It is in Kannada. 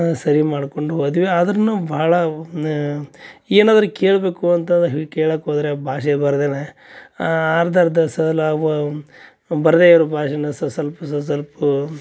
ಸರಿ ಮಾಡಿಕೊಂಡು ಹೋದ್ವಿ ಆದ್ರೂನು ಭಾಳ ಏನಾದ್ರೂ ಕೇಳಬೇಕು ಅಂತಂದ್ರೆ ಹೋಗಿ ಕೇಳೋಕ್ಕೆ ಹೋದ್ರೆ ಭಾಷೆ ಬರ್ದೇ ಅರ್ಧ ಅರ್ಧ ಸ ಲ ವ ಬರದೇ ಇರೋ ಭಾಷೆನ ಸಸಲ್ಪ್ ಸಸಲ್ಪು